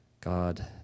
God